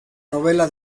novela